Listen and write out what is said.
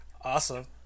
awesome